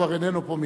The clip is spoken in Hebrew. הוא כבר איננו פה,